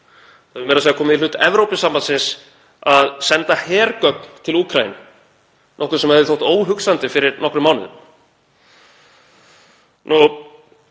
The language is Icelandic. Það hefur meira að segja komið í hlut Evrópusambandsins að senda hergögn til Úkraínu, nokkuð sem hefði þótt óhugsandi fyrir nokkrum mánuðum.